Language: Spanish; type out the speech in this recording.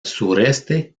sureste